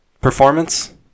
performance